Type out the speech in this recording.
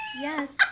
yes